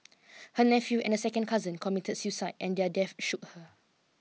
her nephew and a second cousin committed suicide and their death shook her